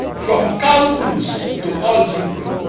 from calculus to algebra,